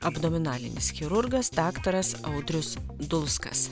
abdominalinis chirurgas daktaras audrius dulskas